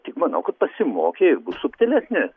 tik manau kad pasimokė ir bus subtilesnė